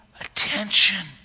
attention